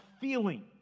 feeling